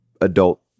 adult